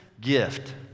gift